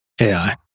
AI